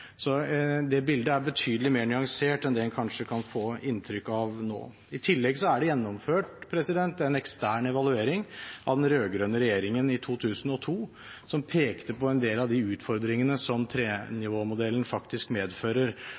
Så det bildet er betydelig mer nyansert enn det en kanskje kan få inntrykk av nå. I tillegg er det gjennomført en ekstern evaluering under den rød-grønne regjeringen i 2008, som pekte på en del av de utfordringene som trenivåmodellen faktisk medfører.